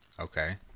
Okay